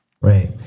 Right